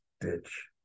ditch